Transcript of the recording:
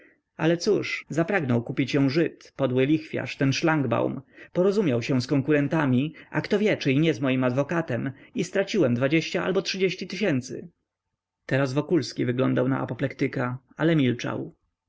ale cóż zapragnął kupić ją żyd podły lichwiarz ten szlangbaum porozumiał się z konkurentami a kto wie czy i nie z moim adwokatem i straciłem dwadzieścia albo trzydzieści tysięcy teraz wokulski wyglądał na apoplektyka ale milczał